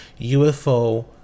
UFO